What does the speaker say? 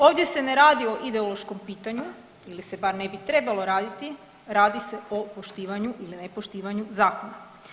Ovdje se ne radi o ideološkom pitanju ili se bar ne bi trebalo raditi, radi se o poštivanju ili ne poštivanju zakona.